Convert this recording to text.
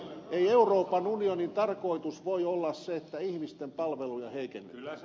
ei euroopan unionin tarkoitus voi olla se että ihmisten palveluja heikennetään